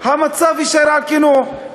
המצב יישאר על כנו.